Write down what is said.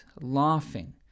laughing